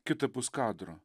kitapus kadro